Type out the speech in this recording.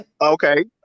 Okay